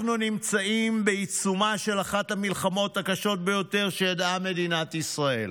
אנחנו נמצאים בעיצומה של אחת המלחמות הקשות ביותר שידעה מדינת ישראל.